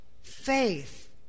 Faith